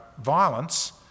violence